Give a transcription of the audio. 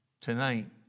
tonight